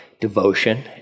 Devotion